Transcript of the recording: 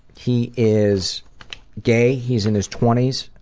he is gay, he's in his twenty s.